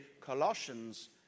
Colossians